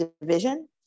division